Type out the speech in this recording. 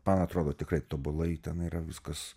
man atrodo tikrai tobulai ten yra viskas